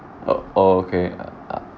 oh okay uh uh